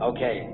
Okay